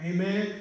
Amen